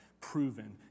proven